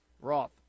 Roth